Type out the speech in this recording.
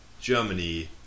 Germany